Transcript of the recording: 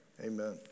amen